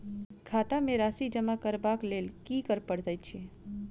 खाता मे राशि जमा करबाक लेल की करै पड़तै अछि?